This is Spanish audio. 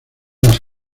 las